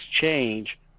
change